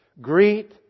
Greet